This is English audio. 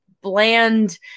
bland